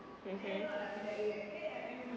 okay